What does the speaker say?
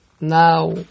now